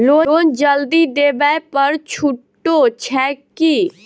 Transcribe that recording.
Loan जल्दी देबै पर छुटो छैक की?